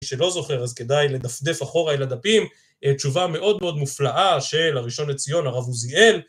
שלא זוכר, אז כדאי לדפדף אחורה אל הדפים. תשובה מאוד מאוד מופלאה של הראשון לציון, הרב עוזיאל.